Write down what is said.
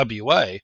WA